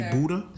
Buddha